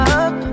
up